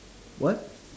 what